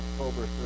October